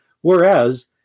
Whereas